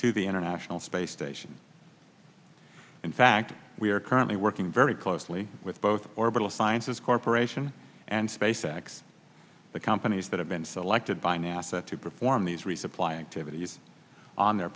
to the international space station in fact we are currently working very closely with both orbital sciences corporation and space x the companies that have been selected by nasa to perform these resupplying to these on their